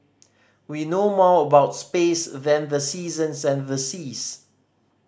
we know more about space than the seasons and the seas